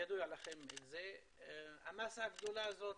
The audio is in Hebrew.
זה ידוע לכם, המסה הגדולה הזאת,